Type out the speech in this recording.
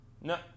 No